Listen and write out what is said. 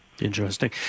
Interesting